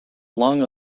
lung